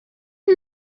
you